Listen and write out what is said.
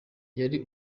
yari